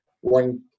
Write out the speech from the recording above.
one